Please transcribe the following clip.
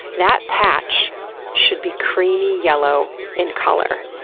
that patch should be creamy yellow in color,